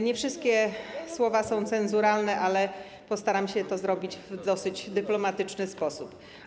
Nie wszystkie słowa są cenzuralne, ale postaram się to zrobić w dosyć dyplomatyczny sposób.